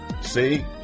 See